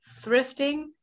Thrifting